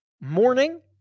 morning